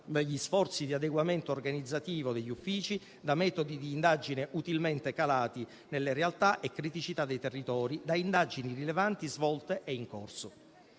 negli sforzi di adeguamento organizzativo degli uffici, da metodi di indagine utilmente calati nella realtà e criticità dei territori, da indagini rilevanti, svolte e in corso.